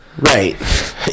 Right